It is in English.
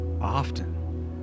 often